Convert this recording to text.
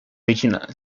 regina